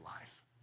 life